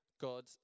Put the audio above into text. God